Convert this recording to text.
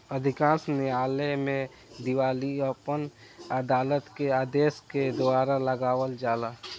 अधिकांश न्यायालय में दिवालियापन अदालत के आदेश के द्वारा लगावल जाला